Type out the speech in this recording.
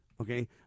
okay